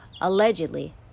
Allegedly